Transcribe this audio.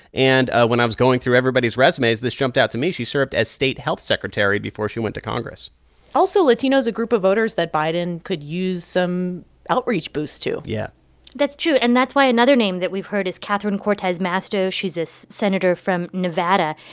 and when i was going through everybody's resumes, this jumped out to me she served as state health secretary before she went to congress also, latino is a group of voters that biden could use some outreach boost to yeah that's true. and that's why another name that we've heard is catherine cortez masto. she's a senator from nevada.